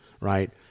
right